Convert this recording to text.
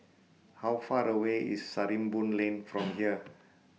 How Far away IS Sarimbun Lane from here